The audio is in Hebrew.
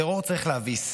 טרור צריך להביס,